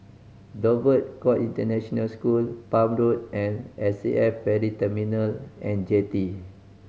Dover Court International School Palm Road and S A F Ferry Terminal And Jetty